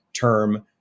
term